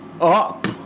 ...up